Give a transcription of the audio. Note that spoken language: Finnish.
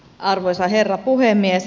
arvoisa herra puhemies